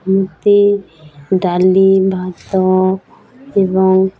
ମୋତେ ଡାଲି ଭାତ ଏବଂ